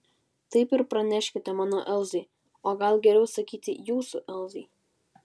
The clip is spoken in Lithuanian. taip ir praneškite mano elzai o gal geriau sakyti jūsų elzai